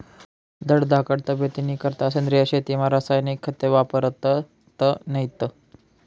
धडधाकट तब्येतनीकरता सेंद्रिय शेतीमा रासायनिक खते वापरतत नैत